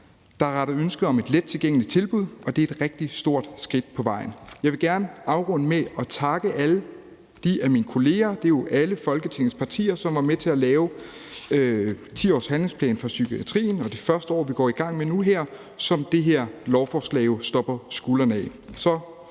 der har rettet ønske om en lettilgængeligt tilbud, og det er et rigtig stort skridt på vejen. Jeg vil gerne afrunde med at takke alle de af mine kolleger – det er jo alle Folketingets partier – som var med til at lave den 10-årige handlingsplan for psykiatrien. Det er det første år, vi går i gang med nu, og det her lovforslag står jo på skuldrene af